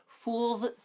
Fools